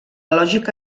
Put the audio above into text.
lògica